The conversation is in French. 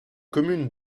commune